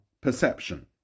perception